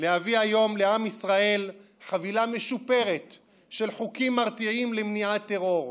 להביא היום לעם ישראל חבילה משופרת של חוקים מרתיעים למניעת טרור: